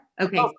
Okay